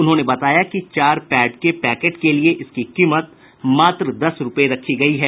उन्होंने बताया कि चार पैड के पैकेट के लिए इसकी कीमत मात्र दस रुपये रखी गई है